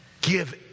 Give